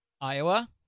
Iowa